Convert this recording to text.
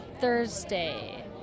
Thursday